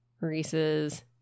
Reese's